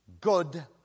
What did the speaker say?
God